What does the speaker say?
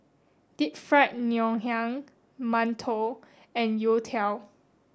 deep fried ngoh hiang mantou and youtiao